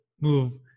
move